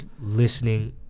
listening